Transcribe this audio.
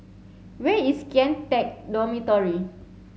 where is Kian Teck Dormitory